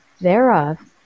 thereof